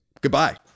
goodbye